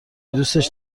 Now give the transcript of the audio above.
دوستش